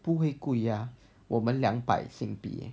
不会贵啊我们两百新币 leh